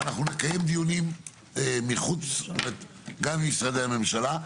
ואנחנו נקדם דיונים גם עם משרדי הממשלה.